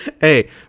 Hey